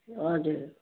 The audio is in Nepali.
हजुर